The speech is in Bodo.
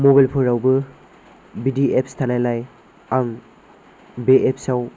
मबाइल फोरावबो बिदि एप्स थानायलाय आं बे एप्स आव